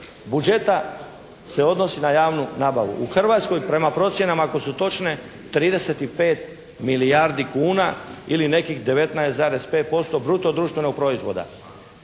budžeta se odnosi na javnu nabavu. U Hrvatskoj prema procjenama ako su točne 35 milijardi kuna ili nekih 19,5% bruto društvenog proizvoda.